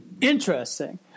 Interesting